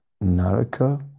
Naraka